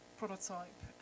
prototype